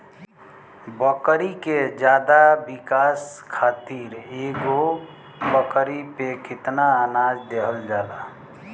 बकरी के ज्यादा विकास खातिर एगो बकरी पे कितना अनाज देहल जाला?